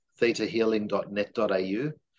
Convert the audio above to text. thetahealing.net.au